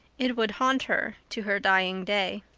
it would haunt her to her dying day.